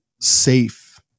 safe